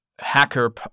Hacker